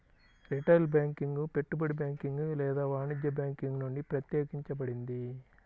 retail banking పెట్టుబడి banking లేదా వాణిజ్య బ్యాంకింగ్ నుండి ప్రత్యేకించబడింది